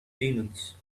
demons